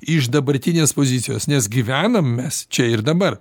iš dabartinės pozicijos nes gyvenam mes čia ir dabar